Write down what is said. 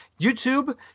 YouTube